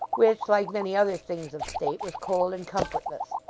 which, like many other things of state, was cold and comfortless.